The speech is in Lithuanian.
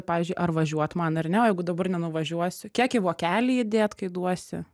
pavyzdžiui ar važiuot man ar ne o jeigu dabar nenuvažiuosiu kiek į vokelį įdėt kai duosi